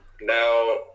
now